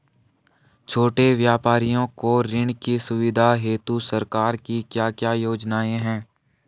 छोटे व्यापारियों को ऋण की सुविधा हेतु सरकार की क्या क्या योजनाएँ हैं?